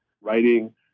writing